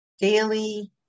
daily